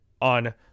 on